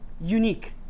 unique